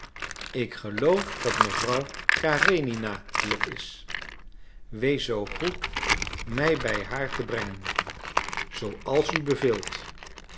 ik geloof dat mevrouw karenina hier is wees zoo goed mij bij haar te brengen zooals u beveelt